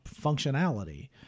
functionality